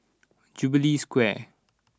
Jubilee Square